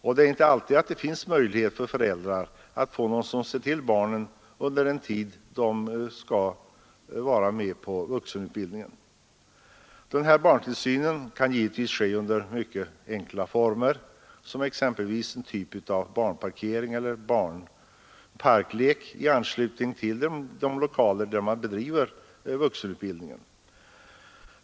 Det finns inte alltid möjlighet för föräldrar att få någon som ser till barnen under den tid då de skall vara med på vuxenutbildningen. Den här barntillsynen kan givetvis ske under mycket enkla former, exempelvis av typ barnparkering eller parklek i anslutning till de lokaler där vuxenutbildningen bedrivs.